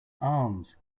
arms